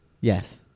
Yes